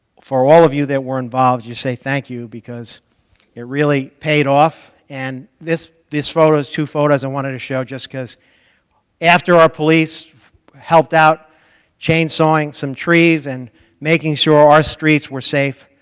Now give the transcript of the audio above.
for all of you that were involved, just say thank you because it really paid off, and this these photos two photos i wanted to show just because after our police helped out chainsawing some trees and making sure our streets were safe,